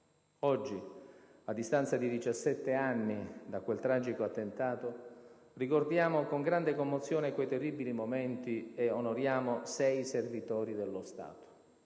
Oggi, a distanza di diciassette anni da quel tragico attentato, ricordiamo con grande commozione quei terribili momenti e onoriamo sei servitori dello Stato.